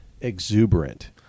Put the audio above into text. exuberant